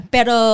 Pero